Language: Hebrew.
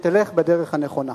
שתלך בדרך הנכונה.